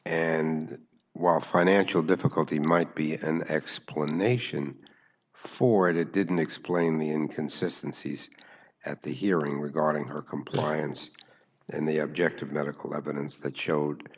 and while financial difficulty might be an explanation for it it didn't explain the inconsistency is at the hearing regarding her compliance and the objective medical evidence that showed